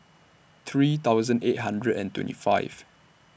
three thousand eight hundred and twenty five